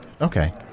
Okay